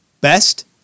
best